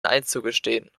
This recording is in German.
einzugestehen